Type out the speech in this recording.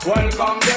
Welcome